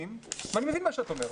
אני מבין מה שאת אומרת.